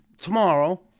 tomorrow